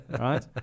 right